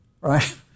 right